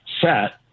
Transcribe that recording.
set